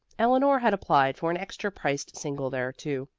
eleanor had applied for an extra-priced single there, too,